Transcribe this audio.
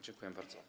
Dziękuję bardzo.